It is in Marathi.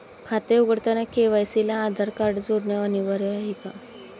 खाते उघडताना के.वाय.सी ला आधार कार्ड जोडणे अनिवार्य आहे का?